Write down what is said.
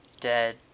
dead